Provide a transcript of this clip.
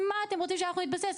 אני לא מצליח להבין את התשובות הללו,